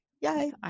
Yay